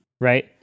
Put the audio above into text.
right